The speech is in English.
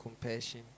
compassion